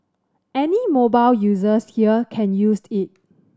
any mobile users here can use it